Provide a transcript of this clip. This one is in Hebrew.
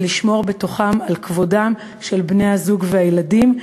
ולשמור בתוכן על כבודם של בני-הזוג והילדים.